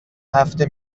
هفته